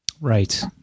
Right